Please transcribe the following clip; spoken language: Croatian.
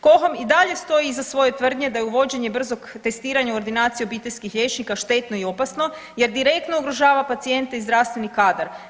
KOHOM i dalje stoji iza svoje tvrdnje da je uvođenje brzog testiranja u ordinacije obiteljskih liječnika štetno i opasno, jer direktno ugrožava pacijente i zdravstveni kadar.